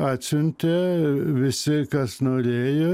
atsiuntė visi kas norėjo